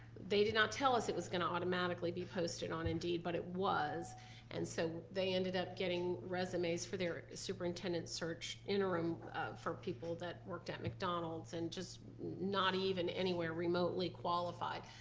they did not tell us it was going to automatically be posted on indeed but it was and so they ended up getting resumes for their superintendent search interim for people that worked at mcdonald's and just not even anywhere remotely qualified,